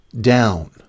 down